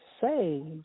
saved